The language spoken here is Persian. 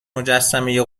مجسمه